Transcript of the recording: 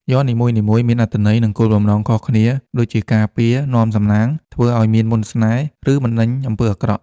យ័ន្តនីមួយៗមានអត្ថន័យ និងគោលបំណងខុសៗគ្នា ដូចជាការពារ នាំសំណាង ធ្វើឱ្យមានមន្តស្នេហ៍ ឬបណ្តេញអំពើអាក្រក់។